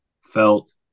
felt